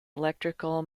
electrical